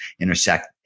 intersect